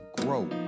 grow